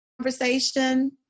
conversation